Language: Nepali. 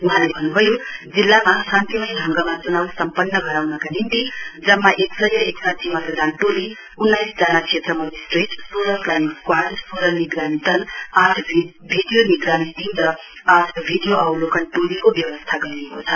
वहाँले भन्न्भयो जिल्लामा शान्तिमय ढंगमा चुनाउ सम्पन्न गराउनका निम्ति जम्मा एक सय एकसाठी मतदान टोली उन्नाइस जना क्षेत्र मजिस्ट्रेट सोह्र फ्लाइङ स्क्वार्ड सोह्र निगरानी दल आठ भिडियो निगरानी टीम र आठ भिडियो अवलोकन टोलीको व्यवस्था गरिएको छ